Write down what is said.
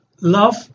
love